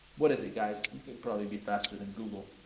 what is it guys you can probably be faster than google?